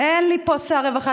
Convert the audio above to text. אין לי פה שר רווחה.